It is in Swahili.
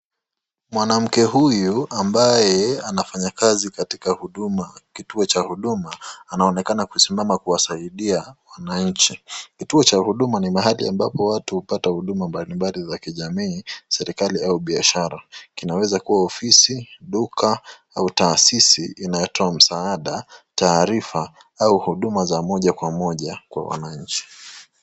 Mwanamke huyu ambaye anafanya kazi katika huduma ,kituo cha huduma anaonekana kusimama kuwasaidia wananchi. Kituo cha huduma ni mahali ambapo watu hupata huduma mbali mbali za kijamii, serikali au biashara , kinaweza kuwa ofisi ,duka au taasisi inayotoa msaada ,taarifa au huduma za moja kwa moja kwa wananchi.